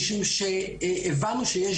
משום שהבנו שיש בעיה.